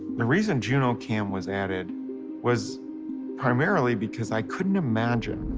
the reason junocam was added was primarily because i couldn't imagine